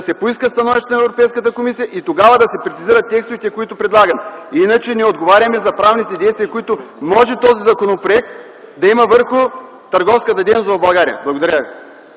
се поиска становище на Европейската комисия и тогава да се прецизират текстовете, които предлагаме. Иначе не отговаряме за правните действия, които този законопроект може да има върху търговската дейност в България. Благодаря ви.